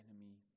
enemy